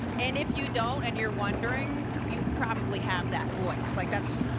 and if you don't, and you're wondering, you probably have that voice. like, that's